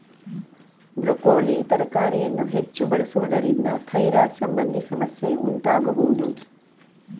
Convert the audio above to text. broccoli ತರಕಾರಿಯನ್ನು ಹೆಚ್ಚು ಬಳಸುವುದರಿಂದ ಥೈರಾಯ್ಡ್ ಸಂಬಂಧಿ ಸಮಸ್ಯೆ ಉಂಟಾಗಬೋದು